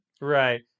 Right